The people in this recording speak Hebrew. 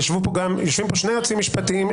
יושבים פה שני יועצים משפטיים,